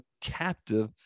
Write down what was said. captive